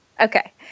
Okay